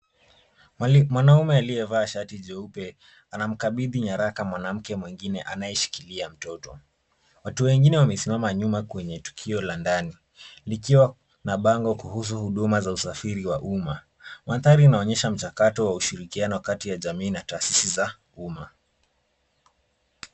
Mwanaume aliyevaa shati jeupe anamkabithi nyaraka mwanamke mwingine anaye shikilia mtoto. Watu wengine wamesimama nyuma kwenye tukio la ndani likiwa na bango kuhusu huduma za usafiri wa uma. Mandhari inaonyesha mchakato wa ushirikiano kati ya jamii na tahasisi za uma.